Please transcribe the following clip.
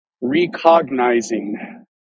recognizing